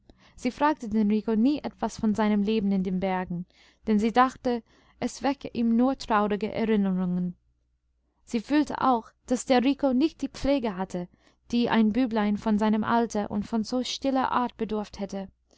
sie fragte den rico nie etwas von seinem leben in den bergen denn sie dachte es wecke ihm nur traurige erinnerungen sie fühlte auch daß der rico nicht die pflege hatte die ein büblein von seinem alter und von so stiller art bedurft hätte